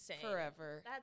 forever